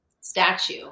statue